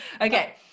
Okay